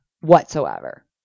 whatsoever